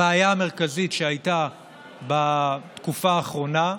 הבעיה המרכזית שהייתה בתקופה האחרונה,